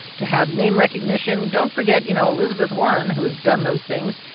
to have name recognition. don't forget. you know, elizabeth warren, who has done those things,